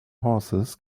horses